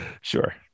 Sure